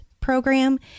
Program